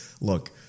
look